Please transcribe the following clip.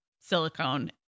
silicone